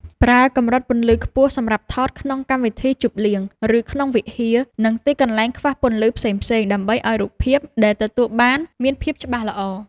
ប្រើកម្រិតពន្លឺខ្ពស់សម្រាប់ថតក្នុងកម្មវិធីជប់លៀង ឬក្នុងវិហារ និង ទីកន្លែងខ្វះពន្លឺផ្សេងៗដើម្បីឱ្យរូបភាពដែលទទួលបានមានភាពច្បាស់ល្អ។